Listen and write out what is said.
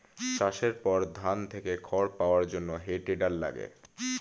চাষের পর ধান থেকে খড় পাওয়ার জন্যে হে টেডার লাগে